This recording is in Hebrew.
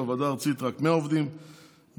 בוועדה הארצית רק 100 עובדים בערך.